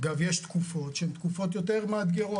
אגב, יש תקופות שהן תקופות יותר מאתגרות.